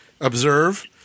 observe